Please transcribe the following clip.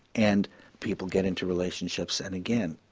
and people get into relationships and again,